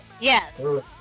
Yes